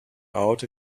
out